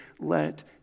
let